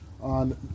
on